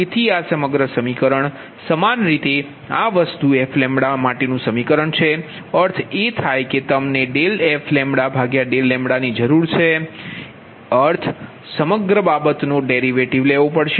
તેથી આ સમગ્ર સમીકરણ સમાન રીતે આ વસ્તુ f λછે અર્થ એ થાય કે તમને ∂f λ ∂λ જરૂર છે અર્થ એ થાય કે સમગ્ર બાબતનો ડેરિવેટિવ લેવો પડશે